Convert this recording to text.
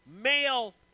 male